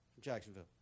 Jacksonville